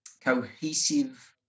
cohesive